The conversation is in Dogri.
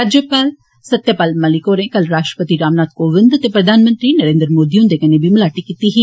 राज्यपाल सत्यपाल मलिक होरें कल राष्ट्रपति रामनाथ कोविन्द ते प्रधानमंत्री नरेन्द्र मोदी हुन्दे कन्नै बी मलाटी कीती ही